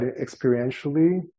experientially